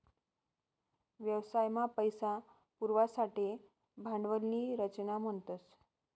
व्यवसाय मा पैसा पुरवासाठे भांडवल नी रचना म्हणतस